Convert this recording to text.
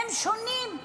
הם שונים,